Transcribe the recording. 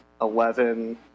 Eleven